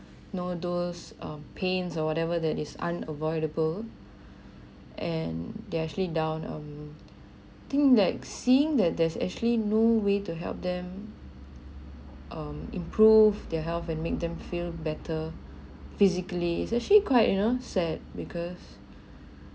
know those um pain or whatever that is unavoidable and they actually down um thing like seeing that there's actually no way to help them um improve their health and make them feel better physically it's actually quite you know sad because